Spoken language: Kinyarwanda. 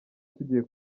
tugiye